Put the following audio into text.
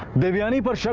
devyani but